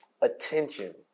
attention